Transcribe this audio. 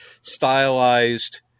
stylized